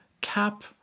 cap